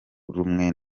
rumwe